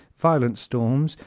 violent storms,